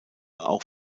auch